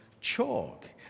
chalk